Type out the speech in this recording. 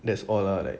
that's all lah like